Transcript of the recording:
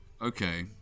okay